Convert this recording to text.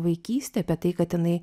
vaikystę apie tai kad jinai